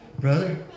brother